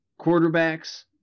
quarterbacks